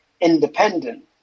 independent